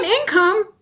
income